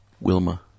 Wilma